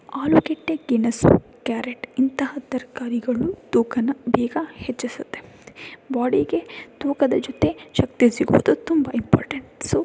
ಆಲುಗೆಡ್ಡೆ ಗೆಣಸು ಕ್ಯಾರೆಟ್ ಇಂತಹ ತರಕಾರಿಗಳು ತೂಕನ ಬೇಗ ಹೆಚ್ಚಿಸುತ್ತೆ ಬಾಡಿಗೆ ತೂಕದ ಜೊತೆ ಶಕ್ತಿ ಸಿಗೋದು ತುಂಬ ಇಂಪಾರ್ಟೆಂಟ್ ಸೊ